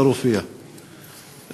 בבקשה,